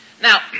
Now